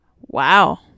Wow